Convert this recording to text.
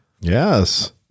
Yes